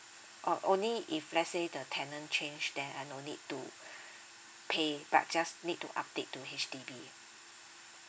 oh only if let's say the tenant change then I not need to pay but just need to update to H_D_B